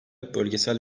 bölgesel